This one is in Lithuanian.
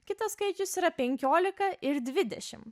kitas skaičius yra penkiolika ir dvidešim